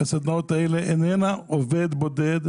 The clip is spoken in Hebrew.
בסדנאות האלה איננה עובד בודד